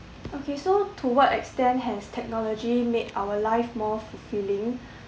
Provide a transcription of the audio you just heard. okay so to what extent has technology made our life more fulfilling